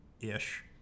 ish